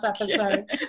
episode